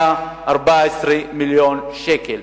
114 מיליון שקל,